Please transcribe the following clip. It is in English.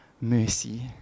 mercy